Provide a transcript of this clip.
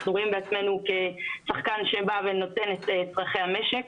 אנחנו רואים בעצמו כשחקן שבא ונותן את צרכי המשק,